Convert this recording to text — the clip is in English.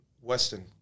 Weston